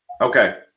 Okay